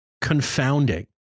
confounding